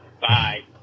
Bye